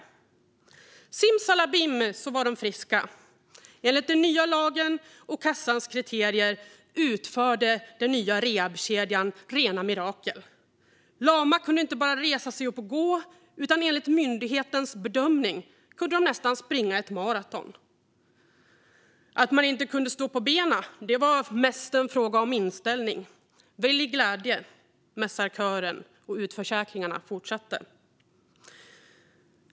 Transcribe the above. Simsalabim, så var de friska! Enligt den nya lagen och kassans kriterier utförde den nya rehabkedjan rena mirakel. Lama kunde inte bara resa sig upp och gå, utan enligt myndighetens bedömning kunde de nästan springa ett maraton. Att man inte kunde stå på benen var mest en fråga om inställning. Välj glädje, mässar kören. Och utförsäkringarna fortsatte.